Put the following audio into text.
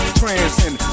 transcend